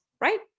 right